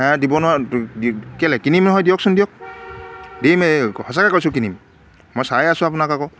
হে দিব কেলৈ কিনিম নহয় দিয়কচোন দিয়ক দিম এই সঁচাকৈ কৈছোঁ কিনিম মই চাই আছোঁ আপোনাক আকৌ